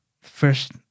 First